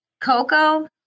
Coco